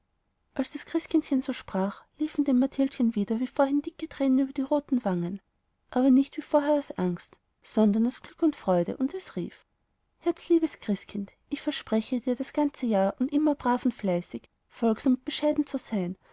als das christkindchen so sprach liefen dem mathildchen wieder wie vorhin dicke tränen über die roten wangen aber nicht wie vorher aus angst sondern aus glück und freude und es rief herzliebes christkind ich verspreche dir das ganze jahr und immer brav und fleißig folgsam und bescheiden zu sein